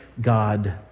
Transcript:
God